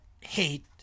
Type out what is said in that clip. hate